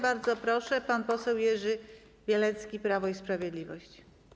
Bardzo proszę, pan poseł Jerzy Bielecki, Prawo i Sprawiedliwość.